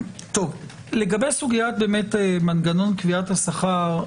לגבי סוגיית מנגנון קביעת השכר,